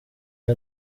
iyo